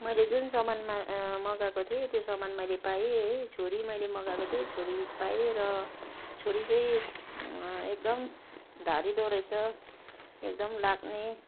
मैले जुन सामान मा मगाएको थिएँ त्यो सामान मैले पाएँ है छुरी मैले मगाएको थिएँ छुरी पाएँ र छुरी चाहिँ एकदम धारिलो रहेछ एकदम लाग्ने